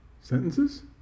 Sentences